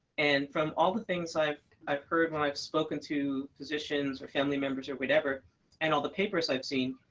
and from all the things i've i've heard when i've spoken to physicians, or family members, or whatever and all the papers i've seen,